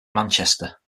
manchester